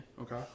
Okay